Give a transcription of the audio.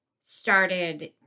started